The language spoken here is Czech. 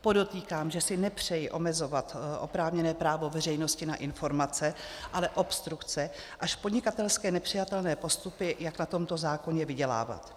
Podotýkám, že si nepřeji omezovat oprávněné právo veřejnosti na informace, ale obstrukce až podnikatelsky nepřijatelné postupy, jak na tomto zákoně vydělávat.